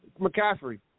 McCaffrey